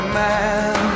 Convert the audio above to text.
man